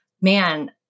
man